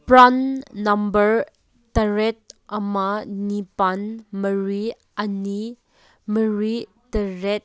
PRAN number ꯇꯔꯦꯠ ꯑꯃ ꯅꯤꯄꯥꯟ ꯃꯔꯤ ꯑꯅꯤ ꯃꯔꯤ ꯇꯔꯦꯠ